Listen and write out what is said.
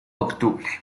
octubre